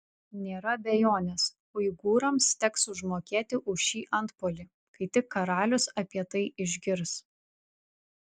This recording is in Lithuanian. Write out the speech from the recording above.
nėra abejonės uigūrams teks užmokėti už šį antpuolį kai tik karalius apie tai išgirs